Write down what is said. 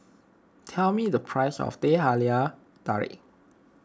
tell me the price of Teh Halia Tarik